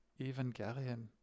Evangelion